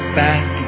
back